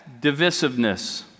divisiveness